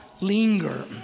linger